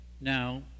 Now